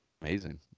Amazing